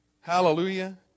Hallelujah